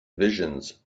visions